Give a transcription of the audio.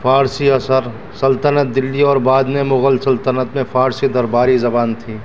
فارسی اثر سلطنت دہلی اور بعد میں مغل سلطنت میں فارسی درباری زبان تھی